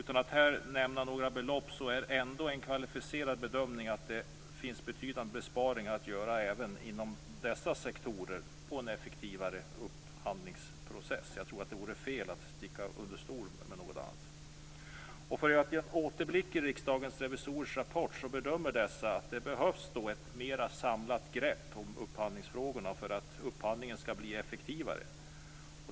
Utan att här nämna några belopp är ändå en kvalificerad bedömning att det finns betydande besparingar att göra även inom dessa sektorer genom en effektivare upphandlingsprocess. Jag tror att det vore fel att sticka under stol med det. För att göra en återblick i Riksdagens revisorers rapport så bedömer dessa att det behövs ett mera samlat grepp om upphandlingsfrågorna för att upphandlingen skall bli effektivare.